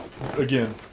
again